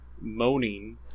Moaning